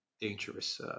dangerous